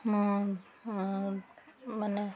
ମୁଁ ମାନେ